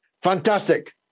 Fantastic